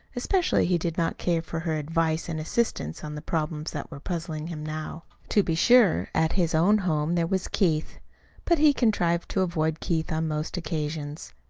especially he did not care for her advice and assistance on the problems that were puzzling him now. to be sure, at his own home there was keith but he contrived to avoid keith on most occasions.